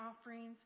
offerings